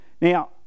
Now